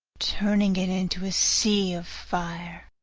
turning it into a sea of fire.